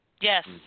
Yes